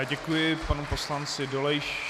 Děkuji panu poslanci Dolejšovi.